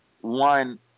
one